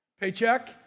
paycheck